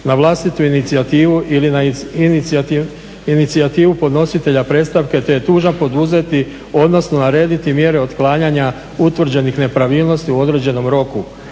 na vlastitu inicijativu ili na inicijativu podnositelja predstavke te je dužan poduzeti, odnosno narediti mjere otklanjanja utvrđenih nepravilnosti u određenom roku,